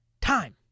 time